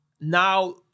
now